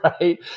right